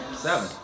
Seven